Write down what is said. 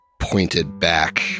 pointed-back